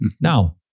Now